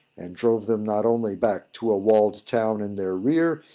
and drove them not only back to a walled town in their rear,